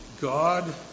God